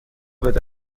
بده